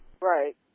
Right